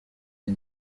iyi